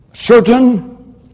Certain